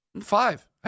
Five